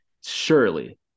surely